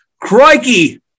Crikey